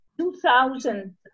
2000